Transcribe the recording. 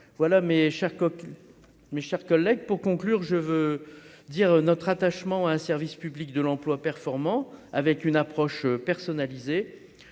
mes chers collègues, pour conclure, je veux dire notre attachement à un service public de l'emploi performant avec une approche personnalisée,